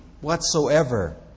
whatsoever